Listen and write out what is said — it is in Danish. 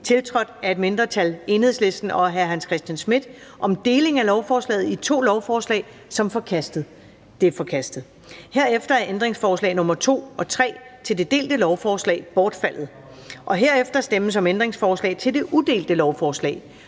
tiltrådt af et andet mindretal (EL) og hr. Hans Christian Schmidt (V) om deling af lovforslaget i to lovforslag som forkastet. Det er forkastet. Herefter er ændringsforslag nr. 2 og 3 til det delte lovforslag bortfaldet. Herefter stemmes om ændringsforslag til det udelte lovforslag.